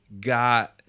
got